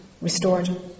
restored